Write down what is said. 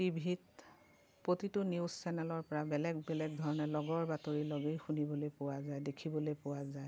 টিভিত প্ৰতিটো নিউজ চেনেলৰ পৰা বেলেগ বেলেগ ধৰণে লগৰ বাতৰি লগেই শুনিবলৈ পোৱা যায় দেখিবলৈ পোৱা যায়